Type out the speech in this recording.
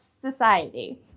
society